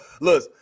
look